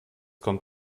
kommt